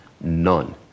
None